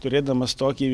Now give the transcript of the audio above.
turėdamas tokį